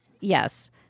Yes